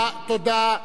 תודה, תודה, תודה.